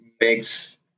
makes